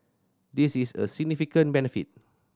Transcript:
this is a significant benefit